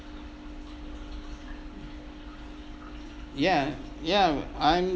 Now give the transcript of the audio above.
ya ya I'm